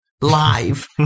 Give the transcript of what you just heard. live